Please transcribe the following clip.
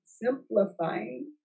Simplifying